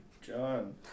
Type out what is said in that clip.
John